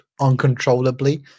uncontrollably